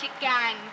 Gang